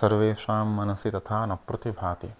सर्वेषां मनसि तथा न प्रतिभाति